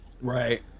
Right